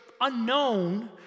unknown